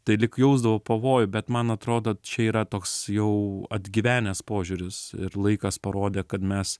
tai lyg jausdavau pavojų bet man atrodo čia yra toks jau atgyvenęs požiūris ir laikas parodė kad mes